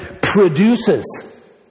produces